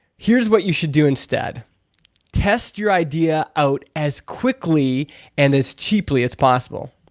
here's what you should do instead test your idea out as quickly and as cheaply as possible.